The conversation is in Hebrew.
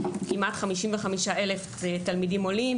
יש כמעט 55,000 תלמידים עולים.